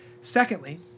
Secondly